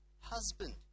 husband